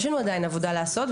יש לנו עדיין עבודה לעשות,